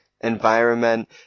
environment